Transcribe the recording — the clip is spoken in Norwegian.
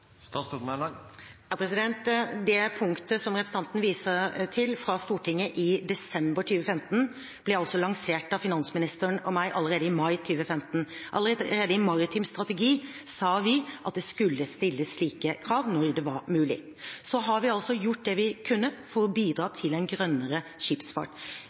Det punktet som representanten viser til fra Stortinget i desember 2015, ble lansert av finansministeren og meg allerede i mai 2015. Allerede i maritim strategi sa vi at det skulle stilles slike krav når det var mulig. Så har vi gjort det vi kunne for å bidra til en grønnere skipsfart.